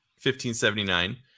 1579